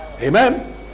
Amen